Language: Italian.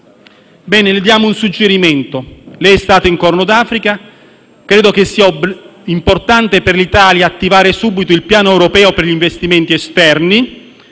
Bene, le diamo un suggerimento: lei è stato nel Corno d'Africa e credo che sia importante per l'Italia attivare subito il piano europeo per gli investimenti esterni,